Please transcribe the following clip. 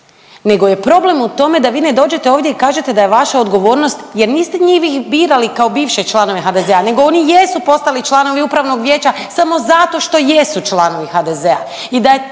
nego je problem u tome da vi ne dođete ovdje i kažete da je vaša odgovornost jer niste vi njih birali kao bivše članove HDZ-a, nego oni jesu postali članovi Upravnog vijeća samo zato što jesu članovi HDZ-a